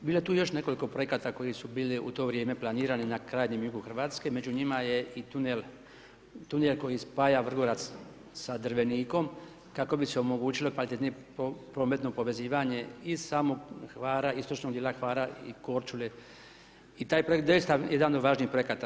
Bilo je tu još nekoliko projekta, koji su bili u to vrijeme planirani na krajem jugu Hrvatske, među njima je i tunel koji spaja Vrgorac sa Drvenikom, kako bi se omogućilo kvalitetno prometno povezivanja iz samog Hvara, istočnog dijela Hvara i Korčule i taj projekt doista jedan od važnijih projekata.